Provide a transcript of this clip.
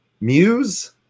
Muse